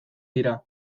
dira